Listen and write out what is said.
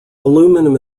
aluminium